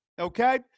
okay